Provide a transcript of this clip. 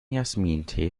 jasmintee